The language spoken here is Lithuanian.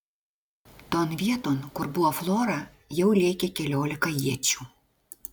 ton vieton kur buvo flora jau lėkė keliolika iečių